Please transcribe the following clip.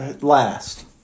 last